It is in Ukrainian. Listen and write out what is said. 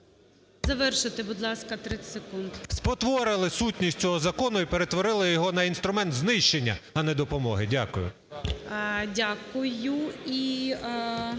Завершуйте, будь ласка, 30 секунд. ЄМЕЦЬ Л.О. Спотворили сутність цього закону і перетворили його на інструмент знищення, а не допомоги. Дякую.